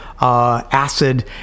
acid